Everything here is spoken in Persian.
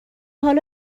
حالا